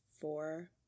four